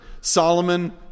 Solomon